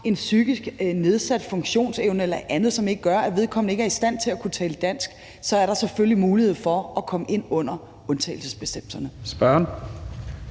en psykisk nedsat funktionsevne eller andet, som gør, at vedkommende ikke er i stand til at kunne tale dansk, så er der selvfølgelig mulighed for, at vedkommende kommer ind under undtagelsesbestemmelserne. Kl.